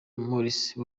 morsi